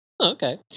Okay